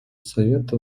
совета